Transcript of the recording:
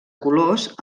colors